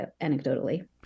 anecdotally